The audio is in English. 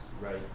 right